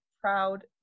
proud